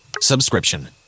Subscription